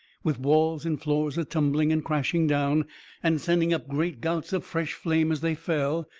with walls and floors a-tumbling and crashing down and sending up great gouts of fresh flame as they fell,